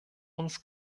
uns